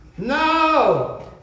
No